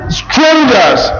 strangers